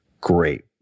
Great